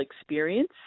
experience